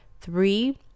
three